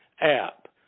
app